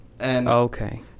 Okay